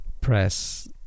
press